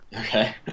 Okay